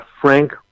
Frank